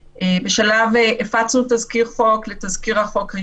אם זה היה המשרד לביטחון פנים אז אני רוצה